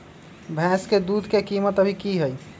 भैंस के दूध के कीमत अभी की हई?